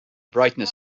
brightness